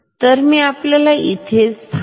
तर मी आहे इथेच हे थांबते